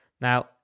Now